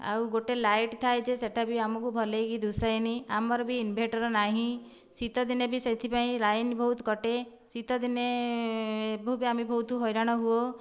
ଆଉ ଗୋଟିଏ ଲାଇଟ୍ ଥାଏ ଯେ ସେ'ଟା ବି ଆମକୁ ଭଲକି ଦିଶେନି ଆମର ବି ଇନଭର୍ଟର ନାହିଁ ଶୀତଦିନେ ବି ସେଥିପାଇଁ ଲାଇନ ବହୁତ କଟେ ଶୀତଦିନେ ବି ଆମେ ବହୁତ ହଇରାଣ ହେଉ